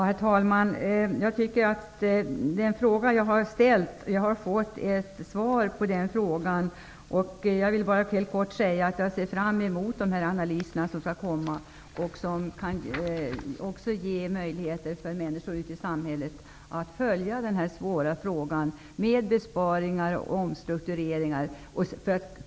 Herr talman! Jag har fått ett svar på den fråga som jag har ställt. Jag ser fram emot de analyser som skall presenteras. Då kan också människor ute i samhället följa utvecklingen av den här svåra frågan om besparingar och omstruktureringar.